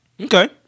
Okay